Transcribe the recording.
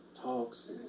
talks